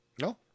no